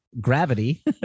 gravity